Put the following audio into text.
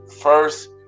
first